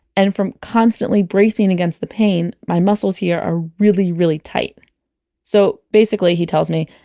and from constantly bracing against the pain, my muscles here are really really tight so basically, he tells me,